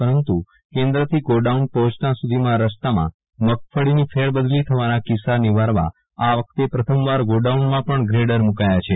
પરંતુ કેન્દ્રથી ગોડાઉન પર્હોંચતા સુ ધીમાં રસ્તામાં મગફળીની ફેરબદલી થવાના કિસ્સા નિવારવા આ વખતે પ્રથમવાર ગોડાઉનમાં પણ ગ્રેડર મુકાયા છે